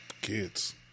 Kids